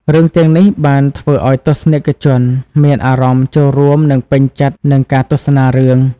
រឿងទាំងនេះបានធ្វើឲ្យទស្សនិកជនមានអារម្មណ៍ចូលរួមនិងពេញចិត្តនឹងការទស្សនារឿង។